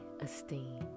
esteem